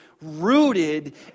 rooted